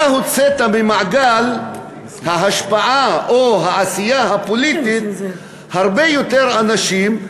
אתה הוצאת ממעגל ההשפעה או העשייה הפוליטית הרבה יותר אנשים.